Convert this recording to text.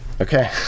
okay